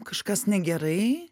kažkas negerai